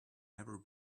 never